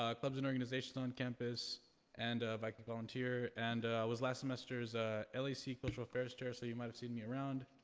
ah clubs and organizations on campus and a like volunteer and was last semester's ah lec cultural affairs chair so you might've seen me around